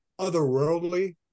otherworldly